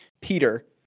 Peter